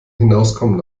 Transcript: hinauskommen